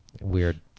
Weird